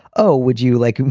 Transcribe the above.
oh, would you like him?